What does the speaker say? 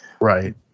right